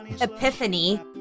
Epiphany